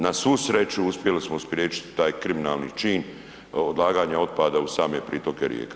Na svu sreću uspjeli smo spriječiti taj kriminalni čin odlaganja otpada uz same pritoke rijeka.